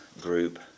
group